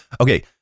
Okay